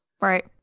right